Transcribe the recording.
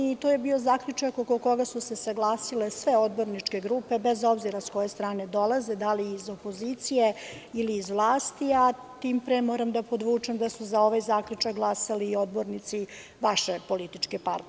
To je bio zaključak oko koga su se usaglasile sve odborničke grupe bez obzira sa koje strane dolaze, da li iz opozicije ili iz vlasti, tim pre moram da podvučem da su za ovaj zaključak glasali i odbornici vaše političke partije.